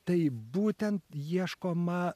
taip būtent ieškoma